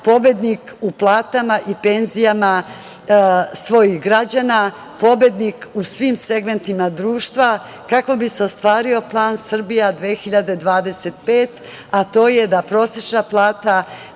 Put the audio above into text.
pobednik u platama i penzijama svojih građana, pobednik u svim segmentima društva, kako bi se ostvario plan „Srbija 2025“, a to je da prosečna plata